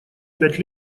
пять